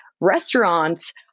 restaurants